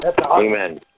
amen